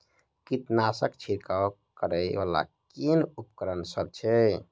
कीटनासक छिरकाब करै वला केँ उपकरण सब छै?